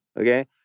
Okay